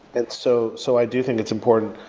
and so so i do think it's important.